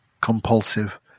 compulsive